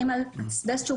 אסבסט.